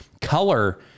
color